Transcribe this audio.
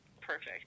perfect